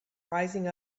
rising